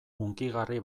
hunkigarri